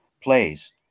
plays